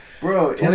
Bro